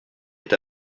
est